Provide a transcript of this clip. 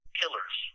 killers